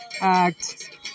act